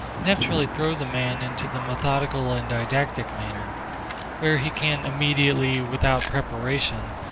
naturally throws a man into the methodical and didactic manner where he can immediately, without preparation,